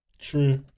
True